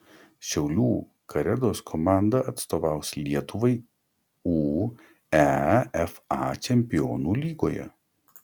šiaulių karedos komanda atstovaus lietuvai uefa čempionų lygoje